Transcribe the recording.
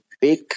big